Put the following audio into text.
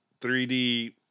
3D